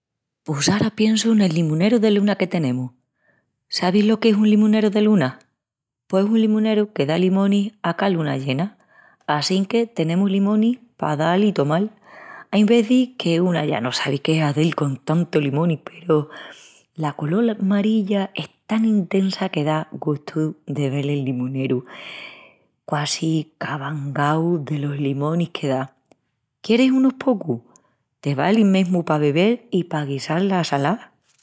Pos ara piensu nel limoneru de luna que tenemus. Sabis lo que es un limoneru de luna? Pos es un limoneru que da limonis a ca luna llena, assinque tenemus limonis pa dal i tomal. Ain vezis que una ya no sabi que hazel con tantus limonis peru la colol marilla es tan intesa que da gustu de vel el limoneru quasi qu'abangau delos limonis que da. Queris unus pocus? Te valin mesmu pa bebel i pa guisal las salás.